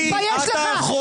תתבייש לך.